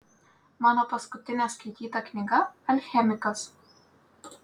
mano paskutinė skaityta knyga alchemikas